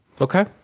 Okay